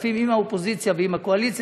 הכספים עם האופוזיציה ועם הקואליציה,